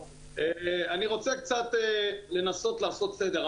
אני רוצה קצת לנסות לעשות סדר.